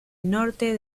norte